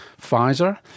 Pfizer